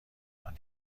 تکان